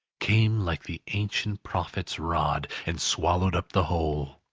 came like the ancient prophet's rod, and swallowed up the whole.